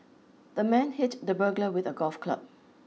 the man hit the burglar with a golf club